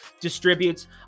distributes